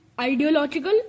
ideological